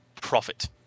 Profit